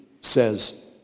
says